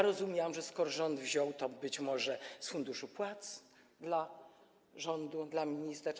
Rozumiałam, że skoro rząd wziął, to być może z funduszu płac dla rządu, dla ministerstw.